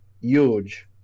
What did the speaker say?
huge